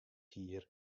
hier